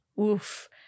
Oof